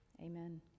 Amen